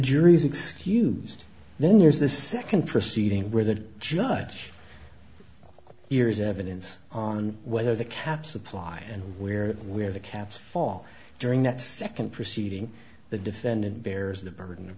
jury's excused then there's the second proceeding where the judge hears evidence on whether the caps apply and where we have the caps fall during that second proceeding the defendant bears the burden of